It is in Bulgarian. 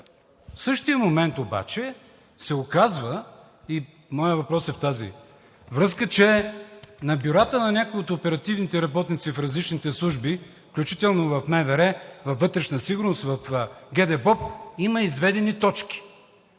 В същия момент обаче се оказва – моят въпрос е в тази връзка, че на бюрата на някои от оперативните работници в различните служби, включително в МВР, във „Вътрешна сигурност“, в ГДБОП, има изведени точки,